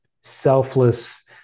selfless